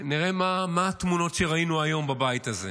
נראה מה התמונות שראינו היום בבית הזה.